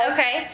Okay